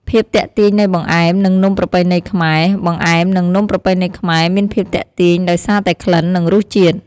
ភាពទាក់ទាញនៃបង្អែម និងនំប្រពៃណីខ្មែរ៖បង្អែម និងនំប្រពៃណីខ្មែរមានភាពទាក់ទាញដោយសារតែក្លិន និងរសជាតិ។